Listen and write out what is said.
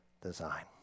design